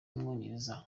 w’umwongereza